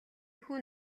хүн